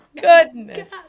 goodness